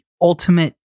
ultimate